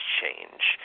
change